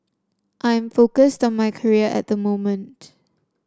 I am focused on my career at moment